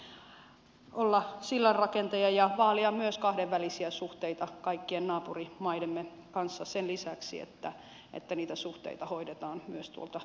kannattaa mieluummin olla sillanrakentaja ja vaalia myös kahdenvälisiä suhteita kaikkien naapurimaidemme kanssa sen lisäksi että niitä suhteita hoidetaan myös tuolta eun kautta